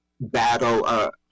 battle